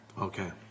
Okay